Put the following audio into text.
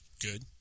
good